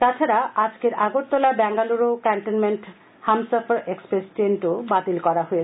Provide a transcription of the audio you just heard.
এছাড়া আজকের Agartala Bengaluru cantonment Humsafar express ট্রেনও বাতিল করা হয়েছে